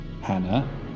Hannah